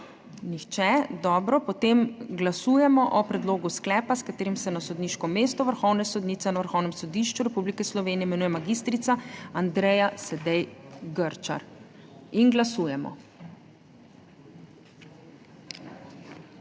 Nihče. Potem glasujemo o predlogu sklepa, s katerim se na sodniško mesto vrhovne sodnice na Vrhovnem sodišču Republike Slovenije imenuje mag. Andreja Sedej Grčar. Glasujemo.